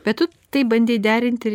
bet tu tai bandei derinti ir